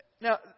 Now